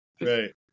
Right